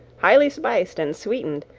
highly spiced and sweetened,